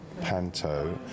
Panto